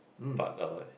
but uh